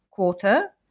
Quarter